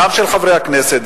גם של חברי הכנסת,